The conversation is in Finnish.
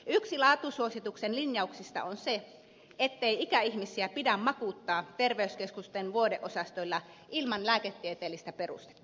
yksi laatusuosituksen linjauksista on se ettei ikäihmisiä pidä makuuttaa terveyskeskusten vuodeosastoilla ilman lääketieteellistä perustetta